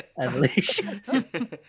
evolution